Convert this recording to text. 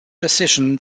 decision